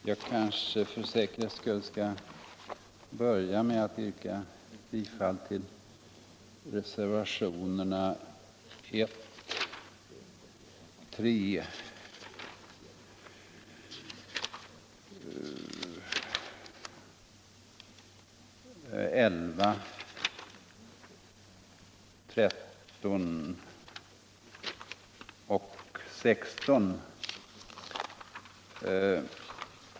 Herr talman! Jag kanske för säkerhets skull skall börja med att yrka bifall till reservationerna 1 och 3.